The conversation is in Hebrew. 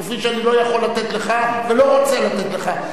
כפי שאני לא יכול לתת לך ולא רוצה לתת לך.